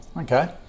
Okay